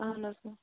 اَہَن حظ